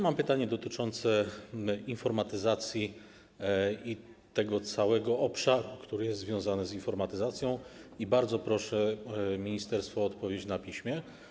Mam pytanie dotyczące informatyzacji i tego całego obszaru, który jest związany z informatyzacją, i bardzo proszę ministerstwo o odpowiedź na piśmie.